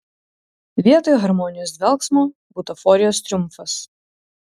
vietoj harmonijos dvelksmo butaforijos triumfas